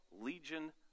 legion